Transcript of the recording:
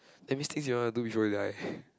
that means thing you wanna do before you die